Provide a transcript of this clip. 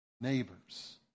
neighbors